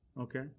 Okay